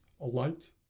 alight